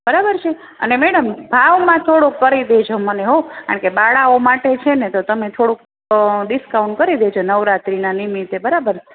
બરાબર છે અને મેડમ ભાવમાં થોડુંક કરી દેજો મને હોં કારણકે બાળાઓ માટે છે ને તો તમે થોડુંક ડિસ્કાઉન્ટ કરી દેજો નવરાત્રિનાં નિમિત્તે બરાબર